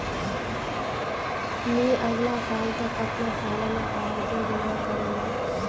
मी अगला साल तक अपना सालाना आय दो गुना करे लूम